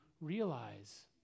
realize